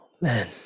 Man